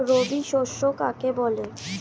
রবি শস্য কাকে বলে?